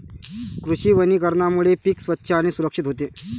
कृषी वनीकरणामुळे पीक स्वच्छ आणि सुरक्षित होते